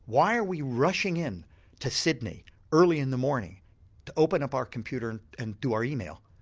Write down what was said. why are we rushing in to sydney early in the morning to open up our computer and and do our email?